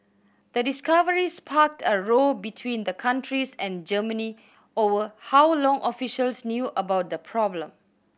the discovery sparked a row between the countries and Germany over how long officials knew about the problem